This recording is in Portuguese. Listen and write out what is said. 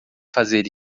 fazer